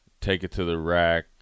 take-it-to-the-rack